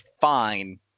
fine